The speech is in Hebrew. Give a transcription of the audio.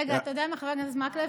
רגע, אתה יודע מה, חבר הכנסת מקלב?